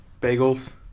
Bagels